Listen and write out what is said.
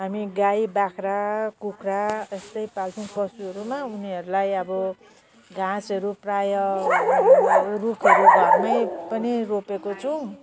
हामी गाई बाख्रा कुखुरा यस्तै पाल्छौँ पशुहरूमा उनीहरूलाई अब घाँसहरू प्रायः रुखहरू घरमै पनि रोपेको छौँ